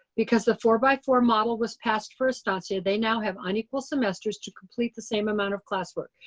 because the four by four model was passed for estancia, they now have unequal semesters to complete the same amount of classwork.